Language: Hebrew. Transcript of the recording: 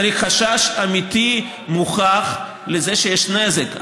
צריך חשש אמיתי מוכח לזה שיש נזק.